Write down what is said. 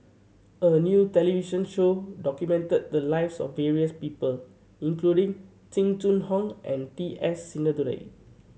a new television show documented the lives of various people including Jing Jun Hong and T S Sinnathuray